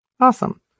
Awesome